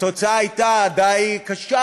התוצאה הייתה די קשה,